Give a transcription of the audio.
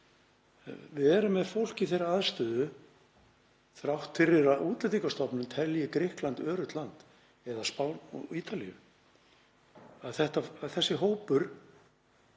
Við erum með fólk í þeirri aðstöðu þrátt fyrir að Útlendingastofnun telji Grikkland öruggt land eða Spán og Ítalíu.